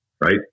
Right